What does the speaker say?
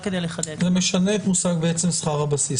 זה משנה את נושא שכר הבסיס.